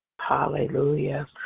Hallelujah